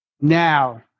Now